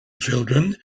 children